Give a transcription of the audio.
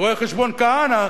רואה-החשבון כהנא,